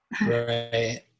right